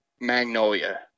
magnolia